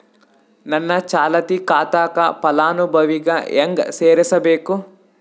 ನನ್ನ ಚಾಲತಿ ಖಾತಾಕ ಫಲಾನುಭವಿಗ ಹೆಂಗ್ ಸೇರಸಬೇಕು?